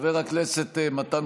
לא, אי-אפשר,